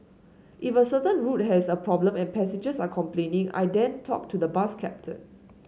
if a certain route has a problem and passengers are complaining I then talk to the bus captain